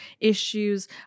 issues